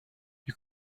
you